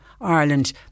Ireland